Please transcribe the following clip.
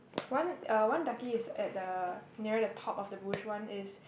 one uh one ducky is at the near the top of the bush one is